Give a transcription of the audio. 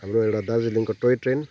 हाम्रो एउटा दार्जिलिङको टोय ट्रेन